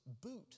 boot